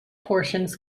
portions